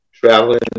Traveling